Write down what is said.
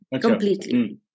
completely